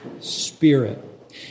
Spirit